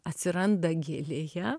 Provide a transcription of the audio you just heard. atsiranda gėlėje